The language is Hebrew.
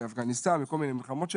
באפגניסטן ובכל מיני מלחמות שלהם.